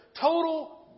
Total